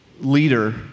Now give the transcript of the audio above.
leader